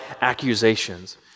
accusations